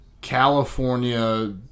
California